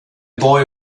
boy